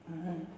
(uh huh)